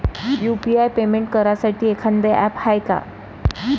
UPI payment करासाठी एखांद app हाय का?